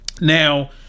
now